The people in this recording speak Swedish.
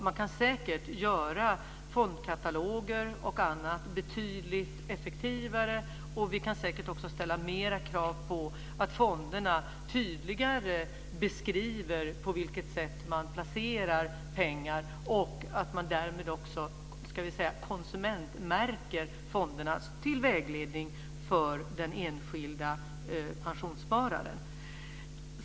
Man kan säkert göra fondkataloger betydligt effektivare. Vi kan säkert ställa högre krav på att fonderna tydligt beskriver på vilket sätt man placerar och att man därmed konsumentmärker fonderna, till vägledning för den enskilde pensionsspararen.